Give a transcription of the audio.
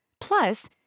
Plus